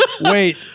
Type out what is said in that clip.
Wait